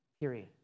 Period